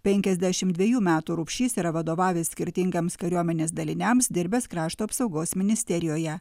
penkiasdešim dvejų metų rupšys yra vadovavęs skirtingams kariuomenės daliniams dirbęs krašto apsaugos ministerijoje